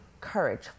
courage